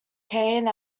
kane